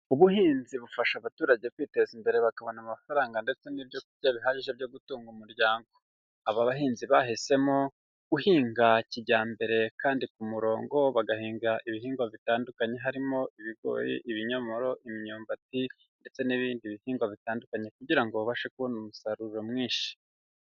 Ubuhinzi bufasha abaturage kwiteza imbere bakabona amafaranga ndetse n'ibyo kurya bihagije byo gutunga umuryango. Aba bahinzi bahisemo, guhinga kijyambere kandi ku murongo bagahinga ibihingwa bitandukanye harimo ibigori, ibinyomoro, imyumbati, ndetse n'ibindi bihingwa bitandukanye kugira ngo babashe kubona umusaruro mwinshi.